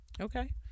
okay